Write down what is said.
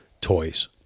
toys